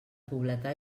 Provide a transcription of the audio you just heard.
pobletà